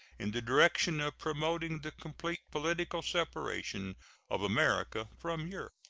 in the direction of promoting the complete political separation of america from europe.